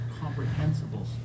comprehensible